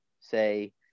say